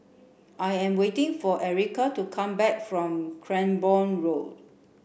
I am waiting for Erika to come back from Cranborne Road